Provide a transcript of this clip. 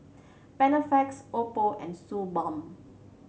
Panaflex Oppo and Suu Balm